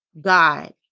god